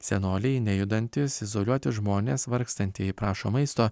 senoliai nejudantys izoliuoti žmonės vargstantieji prašo maisto